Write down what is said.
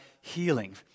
healing